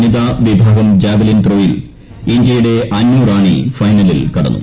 വനിതാവിഭാഗം javelin ത്രോയിൽ ഇന്ത്യയുടെ അന്നുറാണി ഫൈനലിൽ കടന്നു